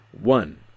one